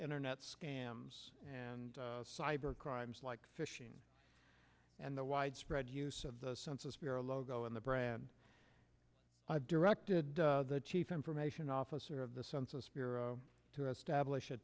internet scams and cyber crimes like fishing and the widespread use of the census bureau logo and the brand i've directed the chief information officer of the census bureau to us stablish a